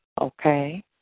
Okay